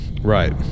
Right